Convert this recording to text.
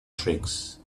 tricks